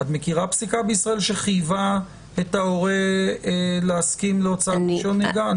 את מכירה פסיקה בישראל שחייבה את ההורה להסכים להוצאת רישיון נהיגה?